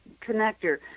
connector